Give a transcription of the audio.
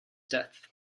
death